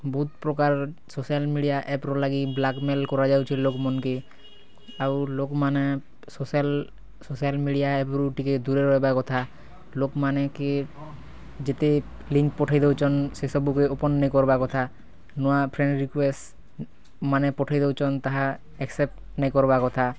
ବହୁତ୍ ପ୍ରକାର୍ social media app ର ଲାଗି ବ୍ଲାକମେଲ୍ କରାଯାଉଚି ଲୋକ ମନ୍ କେ ଆଉ ଲୋକ୍ ମାନେ ସୋସିଆଲ୍ ସୋସିଆଲ୍ ମିଡ଼ିଆ ଏପ୍ ରୁ ଟିକେ ଦୂରରେ ରହିବା କଥା ଲୋକ୍ ମାନେକେ ଯେତେ ଲିଙ୍କ୍ ପଠେଇ ଦଉଚନ୍ ସେ ସବ୍ କେ ଓପନ୍ ନେଇ କରବା କଥା ନୂଆ ଫ୍ରେଣ୍ଡ୍ ରିକୁଏଷ୍ଟ୍ ମାନେ ପଠେଇ ଦଉଚନ୍ ତାହା ଏକ୍ସେପ୍ଟ୍ ନେଇ କରବା କଥା